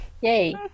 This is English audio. Yay